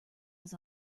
was